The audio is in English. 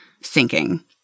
sinking